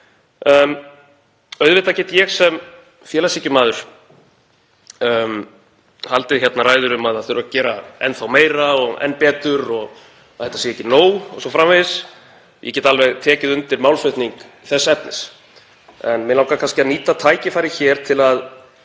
Auðvitað get ég sem félagshyggjumaður haldið hér ræður um að gera þurfi enn meira og enn betur, að þetta sé ekki nóg o.s.frv. Ég get alveg tekið undir málflutning þess efnis. En mig langar kannski að nýta tækifærið hér til að